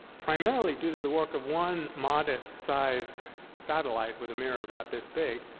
primarily due to the work of one modest-sized satellite with a mirror about this big,